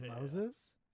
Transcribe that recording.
moses